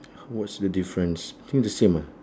what's the difference I think the same ah